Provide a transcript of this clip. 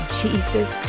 jesus